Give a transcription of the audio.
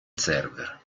server